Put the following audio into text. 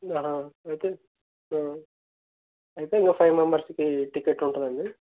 అయితే అయితే ఇంక ఫైవ్ మెంబర్స్కి టికెట్ ఉంటుందండీ